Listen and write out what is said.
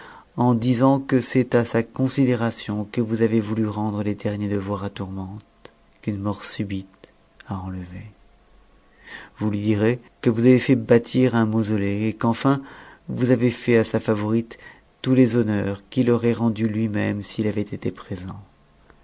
en disant que c'est à sa considération que vous avez voulu rendre les derniers devoirs à tourmente qu'une mort subite a enlevée vous lui direz que vous avez t bâtir un mausolée et qu'enfin vous avez fait à sa favorite tous les honneurs qu'il lui aurait rendus lui-même s'il avait été présent